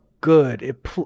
good